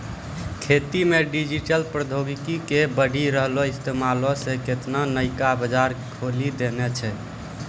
खेती मे डिजिटल प्रौद्योगिकी के बढ़ि रहलो इस्तेमालो से केतना नयका बजार खोलि देने छै